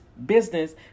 business